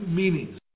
meanings